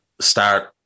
start